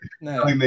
no